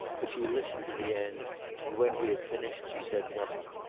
but she listened to the end and when he had finished she said nothing.